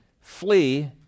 flee